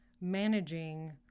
managing